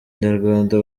nyarwanda